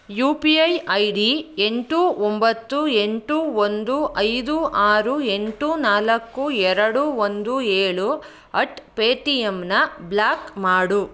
you P I I D ಎಂಟು ಒಂಬತ್ತು ಎಂಟು ಒಂದು ಐದು ಆರು ಎಂಟು ನಾಲ್ಕು ಎರಡು ಒಂದು ಏಳು ಅಟ್ ಪೇತಿಎಮ್ನ ಬ್ಲಾಕ್ ಮಾಡು